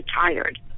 tired